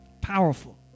powerful